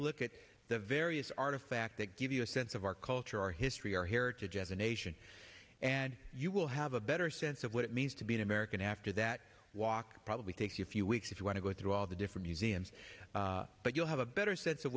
look at the various artifact that give you a sense of our culture our history our heritage as a nation you will have a better sense of what it means to be an american after that walk probably takes you a few weeks if you want to go through all the different museums but you have a better sense of